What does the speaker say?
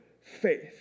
faith